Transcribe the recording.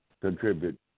contribute